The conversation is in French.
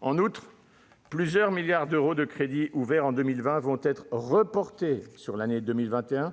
En outre, plusieurs milliards d'euros de crédits ouverts en 2020 seront reportés sur l'année 2021,